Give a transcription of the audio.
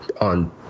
on